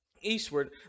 eastward